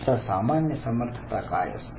तर सामान्य समर्थता काय असते